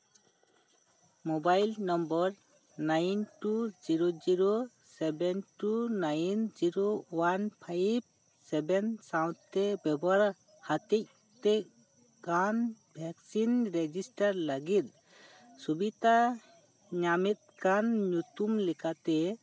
mobile number nine two zero zero seven two nine zero one five seven ᱥᱟᱶᱛᱮ ᱵᱮᱵᱚᱦᱟᱨ ᱦᱟᱛᱤᱡ ᱛᱤᱡ ᱠᱟᱱ ᱵᱷᱮᱠᱥᱤᱱ ᱨᱮᱡᱚᱥᱴᱟᱨ ᱞᱟᱜᱤᱫ ᱥᱩᱵᱤᱛᱟ ᱧᱟᱢᱮᱛ ᱠᱟᱱ ᱧᱩᱛᱩᱢ ᱞᱮᱠᱟᱛᱮ